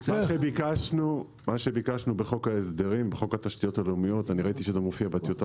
בחוק ההסדרים ובחוק התשתיות הלאומיות אני ראיתי שזה מופיע בטיוטה,